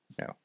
no